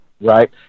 right